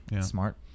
smart